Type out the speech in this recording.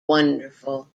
wonderful